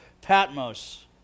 Patmos